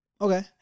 Okay